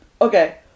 okay